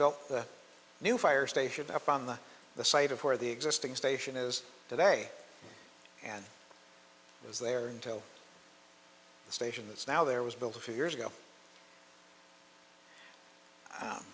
built the new fire station up on the the site of where the existing station is today and it was there until the station is now there was built a few years ago